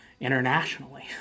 internationally